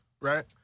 right